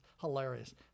hilarious